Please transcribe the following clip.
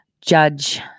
Judge